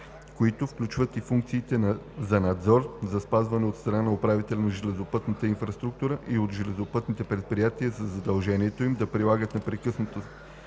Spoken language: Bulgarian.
които включват и функциите за надзор за спазване от страна на управителя на железопътната инфраструктура и от железопътните предприятия на задължението им да прилагат непрекъснато